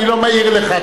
אני לא מעיר לך.